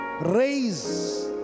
Raise